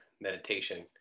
meditation